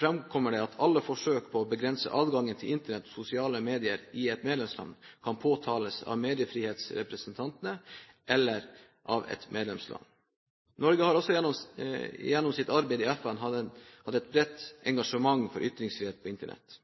framkommer det at alle forsøk på å begrense adgangen til Internett og sosiale medier i et medlemsland kan påtales av mediefrihetsrepresentantene eller et medlemsland. Norge har også gjennom sitt arbeid i FN hatt et bredt engasjement for ytringsfrihet på Internett.